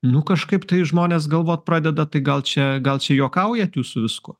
nu kažkaip tai žmonės galvoti pradeda tai gal čia gal čia juokaujat jūs su viskuo